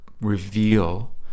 reveal